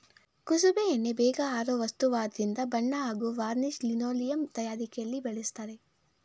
ಕುಸುಬೆ ಎಣ್ಣೆ ಬೇಗ ಆರೋ ವಸ್ತುವಾದ್ರಿಂದ ಬಣ್ಣ ಹಾಗೂ ವಾರ್ನಿಷ್ ಲಿನೋಲಿಯಂ ತಯಾರಿಕೆಲಿ ಬಳಸ್ತರೆ